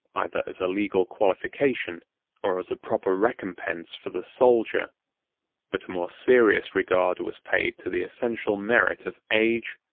either as a legal qualification or as a proper recompense for the soldier but a more serious regard was paid to the essential merit of age,